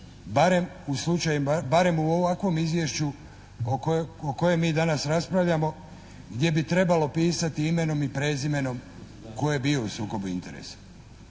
barem u ovakvom izvješću o kojem mi danas raspravljamo, gdje bi trebalo pisati imenom i prezimenom tko je bio u sukobu interesa.